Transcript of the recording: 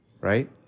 right